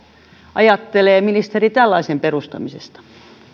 ajattelee ministeri tällaisen perustamisesta